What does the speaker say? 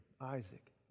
Isaac